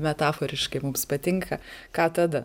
metaforiškai mums patinka ką tada